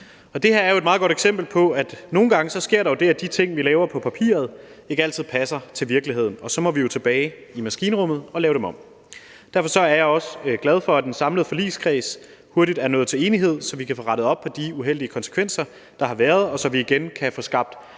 et meget godt eksempel på, at der nogle gange sker det, at de ting, vi laver på papiret, ikke altid passer til virkeligheden, og så må vi jo tilbage i maskinrummet og lave dem om. Derfor er jeg også glad for, at den samlede forligskreds hurtigt er nået til enighed, så vi kan få rettet op på de uheldige konsekvenser, der har været, så vi igen kan få skabt